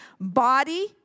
body